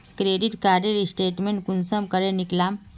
Credit कार्डेर statement कुंसम करे निकलाम?